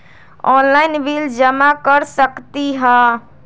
Online bill जमा कर सकती ह?